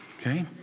Okay